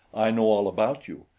i know all about you,